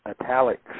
italics